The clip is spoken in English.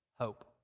hope